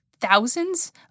thousands